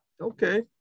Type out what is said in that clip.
Okay